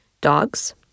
Dogs